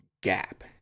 gap